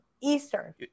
eastern